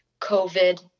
COVID